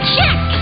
Check